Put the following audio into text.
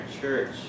church